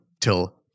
till